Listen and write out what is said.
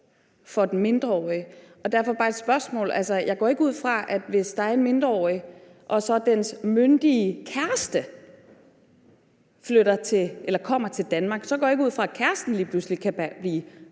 for den mindreårige. Derfor har jeg bare et spørgsmål. Altså, hvis en mindreårigs myndige kæreste kommer til Danmark, går jeg ikke ud fra, at kæresten lige pludselig kan blive